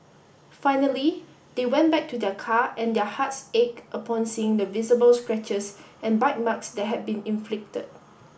finally they went back to their car and their hearts ached upon seeing the visible scratches and bite marks that had been inflicted